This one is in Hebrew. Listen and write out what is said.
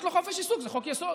יש לו חופש עיסוק, זה חוק-יסוד.